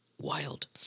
Wild